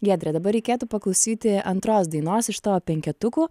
giedre dabar reikėtų paklausyti antros dainos iš tavo penketukų